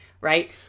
right